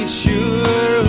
sure